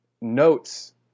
notes